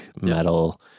metal